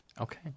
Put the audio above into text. Okay